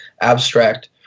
abstract